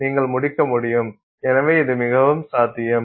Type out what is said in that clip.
எனவே இது மிகவும் சாத்தியம்